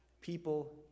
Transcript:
people